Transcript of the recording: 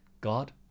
God